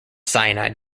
cyanide